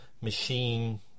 machine